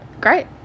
Great